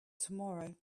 tomorrow